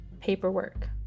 Paperwork